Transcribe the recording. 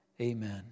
amen